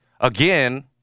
again